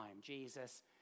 Jesus